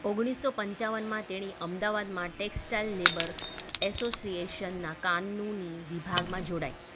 ઓગણીસ સો પંચાવનમાં તેણી અમદાવાદમાં ટેક્સટાઈલ લેબર એસોસિએશનના કાનૂની વિભાગમાં જોડાઈ